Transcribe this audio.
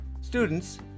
students